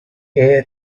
heir